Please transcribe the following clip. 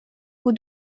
who